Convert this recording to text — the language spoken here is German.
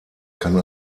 kann